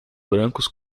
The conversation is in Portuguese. brancos